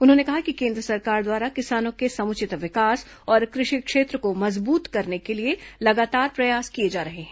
उन्होंने कहा है कि केन्द्र सरकार द्वारा किसानों के समुचित विकास और कृषि क्षेत्र को मजबूत करने के लिए लगातार प्रयास किए जा रहे हैं